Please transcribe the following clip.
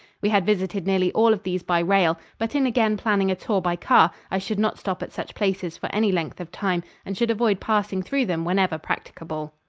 we had visited nearly all of these by rail, but in again planning a tour by car i should not stop at such places for any length of time and should avoid passing through them whenever practicable.